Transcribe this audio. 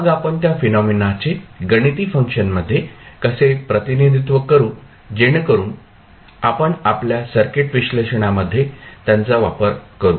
मग आपण त्या फेनॉमेनाचे गणिती फंक्शनमध्ये कसे प्रतिनिधित्व करू जेणेकरून आपण आपल्या सर्किट विश्लेषणामध्ये त्यांचा वापर करू